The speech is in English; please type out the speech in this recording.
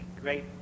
great